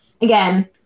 Again